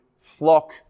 flock